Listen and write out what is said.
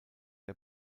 der